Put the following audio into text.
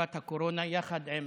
בתקופת הקורונה, יחד עם